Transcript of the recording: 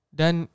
dan